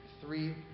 three